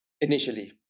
initially